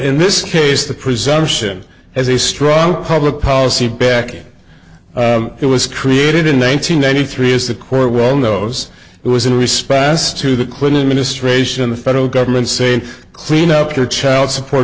in this case the presumption has a strong public policy backing it was created in one nine hundred ninety three is the quote well knows it was in response to the clinton administration the federal government saying clean up your child support